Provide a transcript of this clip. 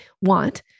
want